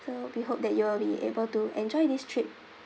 so we hope that you will be able to enjoy this trip